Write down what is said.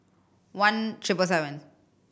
one triple seven